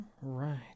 right